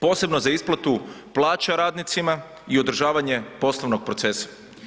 Posebno za isplatu plaća radnicima i održavanje poslovnog procesa.